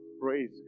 Praise